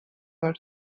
her